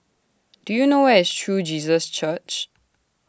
Do YOU know Where IS True Jesus Church